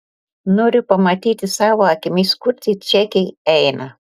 noriu pamatyti savo akimis kur tie čekiai eina